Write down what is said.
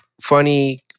funny